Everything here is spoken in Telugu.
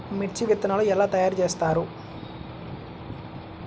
మిర్చి విత్తనాలు ఎలా తయారు చేస్తారు?